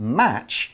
match